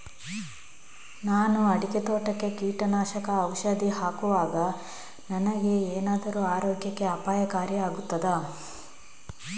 ನಾನು ಅಡಿಕೆ ತೋಟಕ್ಕೆ ಕೀಟನಾಶಕ ಔಷಧಿ ಹಾಕುವಾಗ ನನಗೆ ಏನಾದರೂ ಆರೋಗ್ಯಕ್ಕೆ ಅಪಾಯಕಾರಿ ಆಗುತ್ತದಾ?